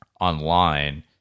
online